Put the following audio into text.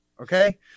okay